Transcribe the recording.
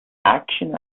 action